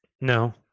no